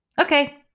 Okay